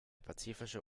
pazifische